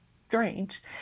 strange